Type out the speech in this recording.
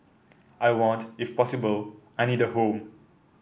I want if possible I need a home